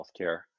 healthcare